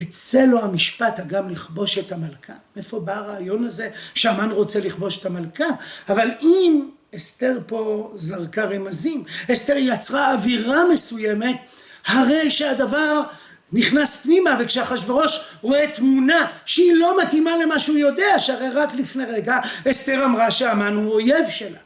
אצלו המשפט הגם לכבוש את המלכה, מאיפה בא הרעיון הזה שהמן רוצה לכבוש את המלכה? אבל אם אסתר פה זרקה רמזים אסתר יצרה אווירה מסוימת, הרי שהדבר נכנס פנימה. וכשאחשווראש הוא רואה תמונה שהיא לא מתאימה למה שהוא יודע שהרי רק לפני רגע אסתר אמרה שהמן הוא אויב שלה